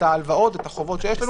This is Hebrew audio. את החובות שיש להן,